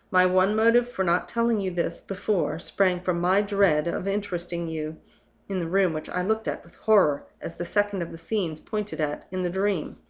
my one motive for not telling you this before sprang from my dread of interesting you in the room which i looked at with horror as the second of the scenes pointed at in the dream.